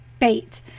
bait